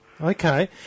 Okay